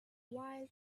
while